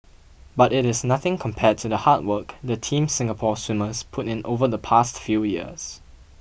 but it is nothing compared to the hard work the Team Singapore swimmers put in over the past few years